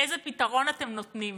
איזה פתרון אתם נותנים.